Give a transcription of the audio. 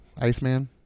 Iceman